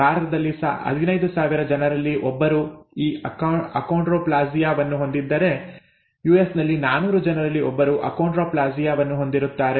ಭಾರತದಲ್ಲಿ 15000 ಜನರಲ್ಲಿ ಒಬ್ಬರು ಈ ಅಕೋಂಡ್ರೊಪ್ಲಾಸಿಯಾ ವನ್ನು ಹೊಂದಿದ್ದರೆ ಯುಎಸ್ನಲ್ಲಿ 400 ಜನರಲ್ಲಿ ಒಬ್ಬರು ಅಕೋಂಡ್ರೊಪ್ಲಾಸಿಯಾ ವನ್ನು ಹೊಂದಿರುತ್ತಾರೆ